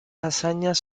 hazañas